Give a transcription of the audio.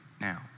now